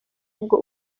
ubwo